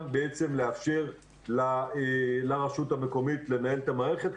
בעצם לאפשר לרשות המקומית לנהל את המערכת,